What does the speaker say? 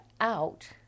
out